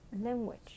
language